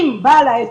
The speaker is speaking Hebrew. אם בעל העסק,